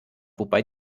wobei